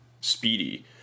speedy